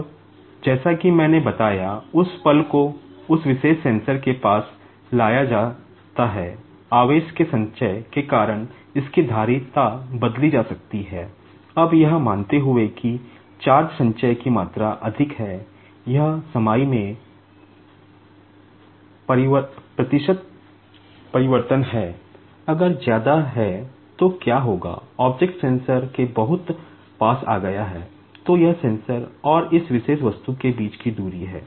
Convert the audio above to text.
अब जैसा कि मैंने बताया उस पल को उस विशेष सेंसर और इस विशेष वस्तु के बीच की दूरी है